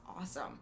awesome